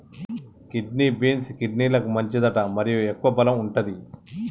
kidney beans, కిడ్నీలకు మంచిదట మరియు ఎక్కువ బలం వుంటది